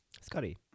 Scotty